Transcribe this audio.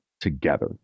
together